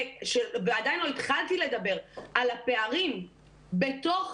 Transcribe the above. ועדיין לא התחלתי לדבר על הפערים בתוך